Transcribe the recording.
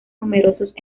numerosos